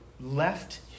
left